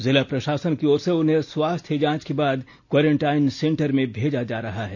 जिला प्रषासन की ओर से उन्हें स्वास्थ्य जांच के बाद क्वारेंटाइन सेंटर में भेजा जा रहा है